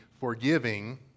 forgiving